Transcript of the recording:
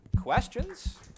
Questions